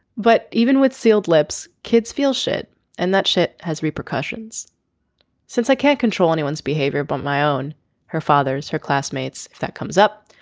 but even with sealed lips kids feel shit and that shit has repercussions since i can't control anyone's behavior but my own her father's her classmates that comes up.